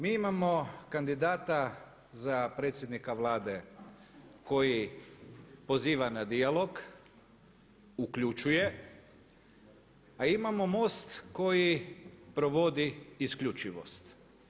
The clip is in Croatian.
Mi imamo kandidata za predsjednika Vlade koji poziva na dijalog, uključuje a imamo MOST koji provodi isključivost.